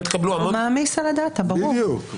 הוא מעמיס על הדאטה, ברור.